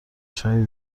چایی